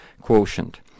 quotient